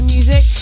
Music